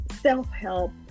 self-help